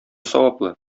саваплы